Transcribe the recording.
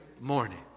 morning